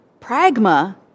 Pragma